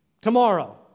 tomorrow